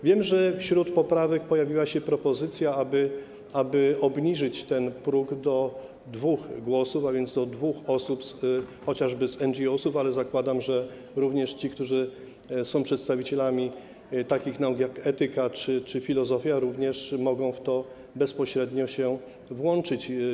Wiem, że wśród poprawek pojawiła się propozycja, aby obniżyć ten próg do dwóch głosów, a więc do dwóch osób, chociażby z NGO, ale zakładam, że również ci, którzy są przedstawicielami takich nauk jak etyka czy filozofia, również mogą w to bezpośrednio się włączyć.